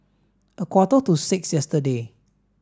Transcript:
a quarter to six yesterday